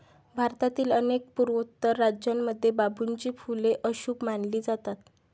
भारतातील अनेक पूर्वोत्तर राज्यांमध्ये बांबूची फुले अशुभ मानली जातात